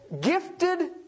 gifted